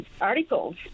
articles